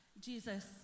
Jesus